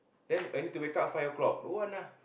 then I need to wake up five o-clock don't want lah